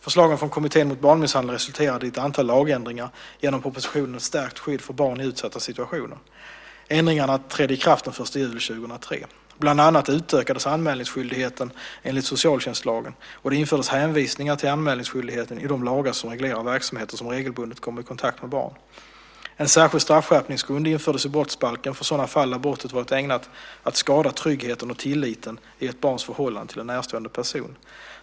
Förslagen från Kommittén mot barnmisshandel resulterade i ett antal lagändringar genom propositionen Stärkt skydd för barn i utsatta situationer . Ändringarna trädde i kraft den 1 juli 2003. Bland annat utökades anmälningsskyldigheten enligt socialtjänstlagen, och det infördes hänvisningar till anmälningsskyldigheten i de lagar som reglerar verksamheter som regelbundet kommer i kontakt med barn. En särskild straffskärpningsgrund infördes i brottsbalken för sådana fall där brottet varit ägnat att skada tryggheten och tilliten i ett barns förhållande till en närstående person.